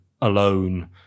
alone